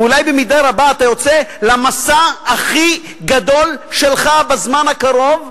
ואולי במידה רבה אתה יוצא למסע הכי גדול שלך בזמן הקרוב,